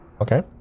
Okay